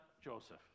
Joseph